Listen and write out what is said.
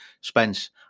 Spence